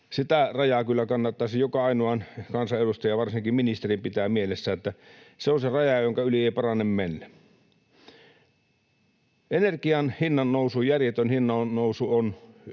Sitä rajaa kyllä kannattaisi joka ainoan kansanedustajan ja varsinkin ministerin pitää mielessä, että se on se raja, jonka yli ei parane mennä. Energian hinnannousu, järjetön hinnannousu, on